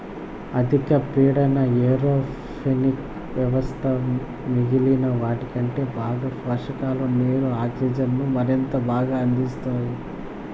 అధిక పీడన ఏరోపోనిక్ వ్యవస్థ మిగిలిన వాటికంటే బాగా పోషకాలు, నీరు, ఆక్సిజన్ను మరింత బాగా అందిస్తాయి